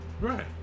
Right